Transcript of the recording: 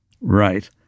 Right